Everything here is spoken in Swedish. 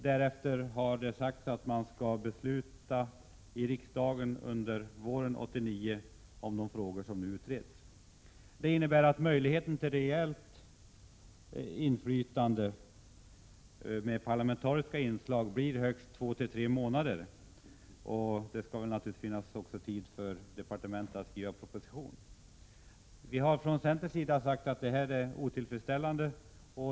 Det har sagts att riksdagen sedan under våren 1989 skall besluta om de frågor som nu utreds. Det innebär att man kommer att ha möjligheter till rejält inflytande genom parlamentariska inslag under högst två tre månader. Sedan skall väl naturligtvis också departementet få tid på sig att skriva en proposition. Vi i centern har sagt att det här är otillfredsställande.